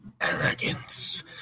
arrogance